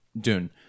Dune